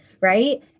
right